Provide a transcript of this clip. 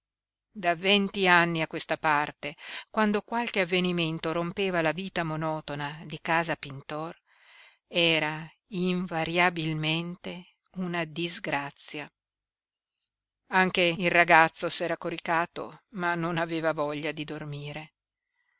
da venti anni a questa parte quando qualche avvenimento rompeva la vita monotona di casa pintor era invariabilmente una disgrazia anche il ragazzo s'era coricato ma non aveva voglia di dormire